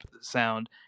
sound